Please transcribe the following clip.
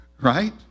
right